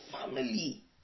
family